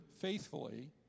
faithfully